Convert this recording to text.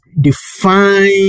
define